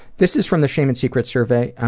this is from the shame and secrets survey,